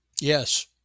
Yes